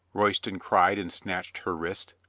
royston cried and snatched her wrist.